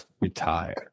retire